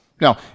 Now